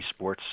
eSports